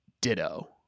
Ditto